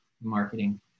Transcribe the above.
marketing